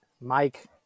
mike